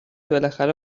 بالاخره